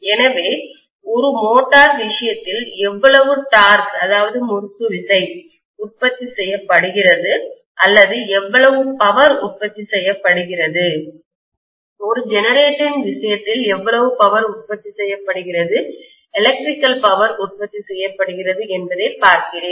எனவே ஒரு மோட்டார் விஷயத்தில் எவ்வளவு டார்க் முறுக்குவிசை உற்பத்தி செய்யப்படுகிறது அல்லது எவ்வளவு பவர் உற்பத்தி செய்யப்படுகிறது ஒரு ஜெனரேட்டரின் விஷயத்தில் எவ்வளவு பவர் உற்பத்தி செய்யப்படுகிறது எலக்ட்ரிக்கல் பவர் உற்பத்தி செய்யப்படுகிறது என்பதை பார்க்கிறேன்